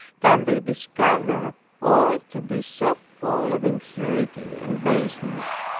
than they discover all to be so full of impurity and baseness,